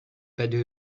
better